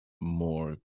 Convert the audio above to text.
more